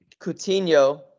Coutinho